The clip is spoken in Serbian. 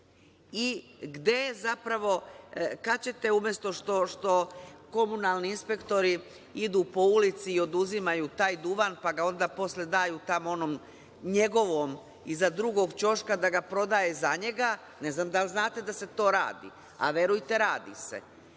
ljudi i kad ćete umesto što komunalni inspektori idu po ulici i oduzimaju taj duvan, pa ga onda posle daju tamo onom njegovom iza drugog ćoška, da ga prodaje za njega, ne znam da li znate da se to radi,a verujte radi se,